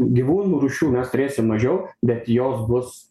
gyvūnų rūšių mes turėsim mažiau bet jos bus